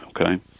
Okay